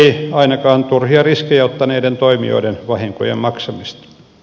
ei ainakaan turhia riskejä ottaneiden toimijoiden vahinkojen maksamista